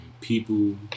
people